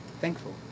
Thankful